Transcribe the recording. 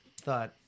thought